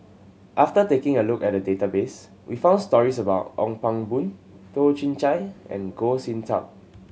after taking a look at the database we found stories about Ong Pang Boon Toh Chin Chye and Goh Sin Tub